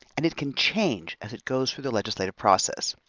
and it can change as it goes through the legislative process.